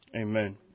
Amen